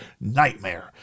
nightmare